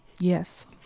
Yes